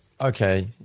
okay